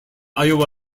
iowa